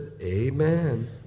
Amen